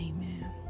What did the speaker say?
Amen